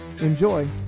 Enjoy